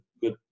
good